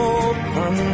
open